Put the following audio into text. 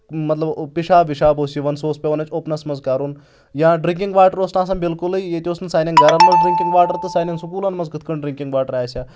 مطلب پِشاب وِشاب اوس یِوان سُہ اوس پیٚوان اسہِ اوٚپنَس منٛز کَرُن یا ڈرٛنٛکِنٛگ واٹر اوس نہٕ آسان بِلکُلٕے ییٚتہِ اوس نہٕ سانؠن گَرَن منٛز ڈرٛنکِنٛگ واٹَر تہٕ سانؠن سکوٗلَن منٛز کِتھ کٲٹھۍ ڈِرٛنٛکِنٛگ واٹَر آسہِ ہا